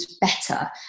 better